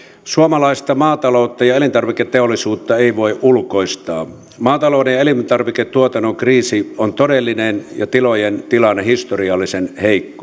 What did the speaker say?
suomalaista maataloutta ja elintarviketeollisuutta ei voi ulkoistaa maatalouden ja elintarviketuotannon kriisi on todellinen ja tilojen tilanne historiallisen heikko